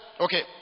Okay